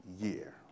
year